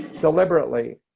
deliberately